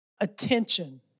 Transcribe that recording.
attention